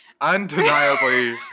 Undeniably